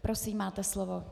Prosím, máte slovo.